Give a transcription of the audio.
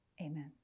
Amen